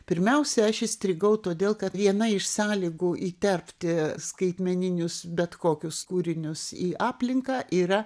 pirmiausia aš įstrigau todėl kad viena iš sąlygų įterpti skaitmeninius bet kokius kūrinius į aplinką yra